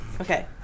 Okay